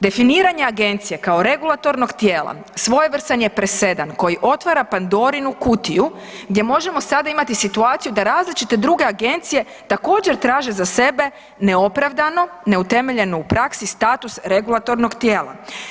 Definiranje agencije kao regulatornog tijela svojevrstan je presedan koji otvara Pandorinu kutiju gdje možemo sada imati situaciju da različite druge agencije također traže za sebe neopravdano, neutemeljeno u praksi status regulatornog tijela.